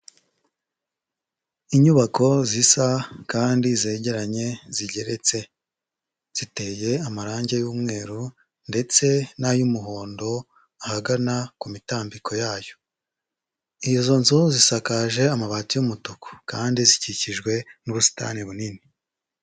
Inyubako zisa kandi zegeranye zigeretse. Ziteye amarangi y'umweru ndetse n'ay'umuhondo ahagana ku mitambiko yayo. Izo nzu zisakaje amabati y'umutuku kandi zikikijwe n'ubusitani bunini.